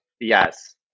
Yes